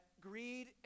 greed